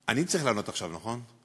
אני צריך לענות עכשיו, נכון?